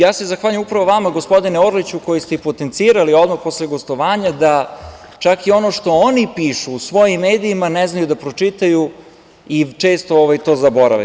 Zahvaljujem se upravo vama, gospodine Orliću, koji ste i potencirali odmah posle gostovanja da čak i ono što oni pišu u svojim medijima ne znaju da pročitaju i često to zaborave.